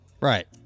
Right